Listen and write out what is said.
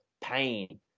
pain